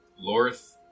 Lorth